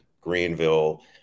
Greenville